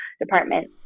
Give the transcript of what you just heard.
department